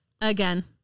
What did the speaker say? Again